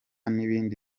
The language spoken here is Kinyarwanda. n’ibindi